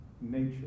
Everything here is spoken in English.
nature